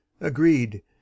Agreed